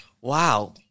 wow